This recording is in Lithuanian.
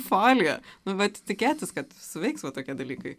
foliją nu net tikėtis kad suveiks va tokie dalykai